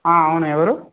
అవును ఎవరు